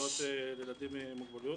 להסעות לילדים עם מוגבלות.